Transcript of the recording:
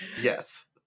Yes